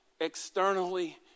externally